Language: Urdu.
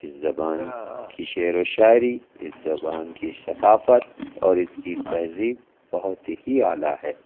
اِس زبان کی شعر و شاعری اِس زبان کی ثقافت اور اِس کی تہذیب بہت ہی اعلیٰ ہے